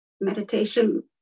meditation